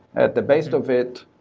at the base of it,